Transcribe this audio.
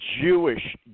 Jewish